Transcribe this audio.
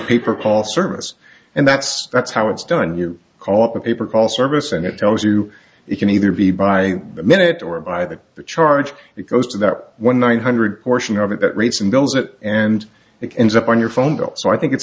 paper call service and that's that's how it's done you call up a paper call service and it tells you it can either be by the minute or by the charge it goes to the one nine hundred fortune over that rates and goes it and it ends up on your phone bill so i think it's